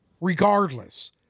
regardless